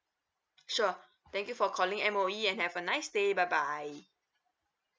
sure thank you for calling M_O_E and have a nice day bye bye